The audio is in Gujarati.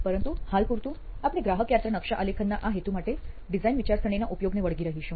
પરંતુ હાલ પૂરતું આપણે ગ્રાહક યાત્રા નકશા આલેખનના આ હેતુ માટે ડિઝાઇન વિચારસરણી ના ઉપયોગોને વળગી રહીશું